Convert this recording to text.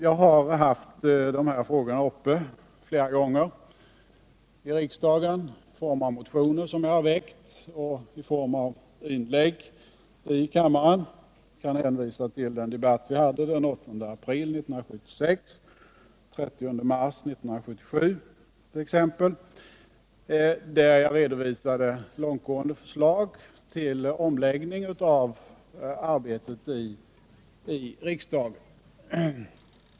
Jag har flera gånger tagit upp dessa frågor här i riksdagen, både i motioner och i inlägg i kammaren. Jag kan hänvisa till debatterna den 8 april 1976 och den 30 mars 1977, då jag redovisade långtgående förslag till omläggning av riksdagsarbetet.